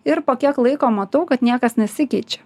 ir po kiek laiko matau kad niekas nesikeičia